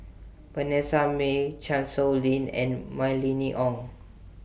Vanessa Mae Chan Sow Lin and Mylene Ong